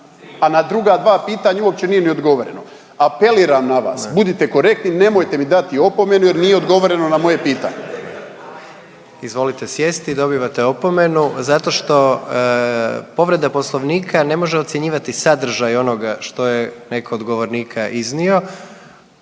a na druga dva pitanja uopće nije ni odgovoreno. Apeliram na vas budite korektni nemojte mi dati opomenu jer nije odgovoreno na moje pitanje. **Jandroković, Gordan (HDZ)** Izvolite sjesti i dobivate opomenu zato što povreda Poslovnika ne može ocjenjivati sadržaj onoga što je netko od govornika iznio.